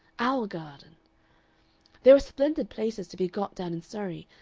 our garden there are splendid places to be got down in surrey,